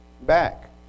back